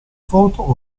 foto